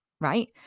Right